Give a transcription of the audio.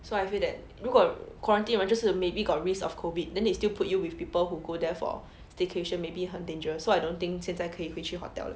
so I feel that 如果 quarantine 人就是 maybe got risk of COVID then they still put you with people who go there for staycation maybe 很 dangerous so I don't think 现在可以回去 hotel